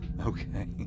Okay